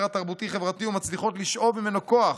התרבותי-חברתי ומצליחות לשאוב ממנו כוח.